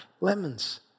lemons